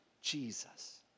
Jesus